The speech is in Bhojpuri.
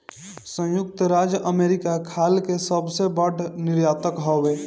संयुक्त राज्य अमेरिका खाल के सबसे बड़ निर्यातक हवे